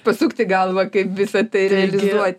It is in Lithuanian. pasukti galvą kaip visa tai realizuot